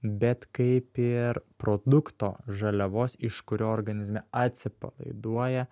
bet kaip ir produkto žaliavos iš kurio organizme atsipalaiduoja